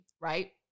Right